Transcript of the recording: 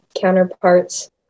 counterparts